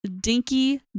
dinky